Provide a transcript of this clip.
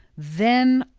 then,